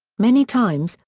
many times,